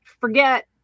forget